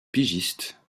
pigistes